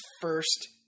first